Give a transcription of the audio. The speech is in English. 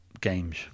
games